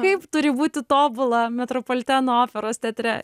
kaip turi būti tobula metropoliteno operos teatre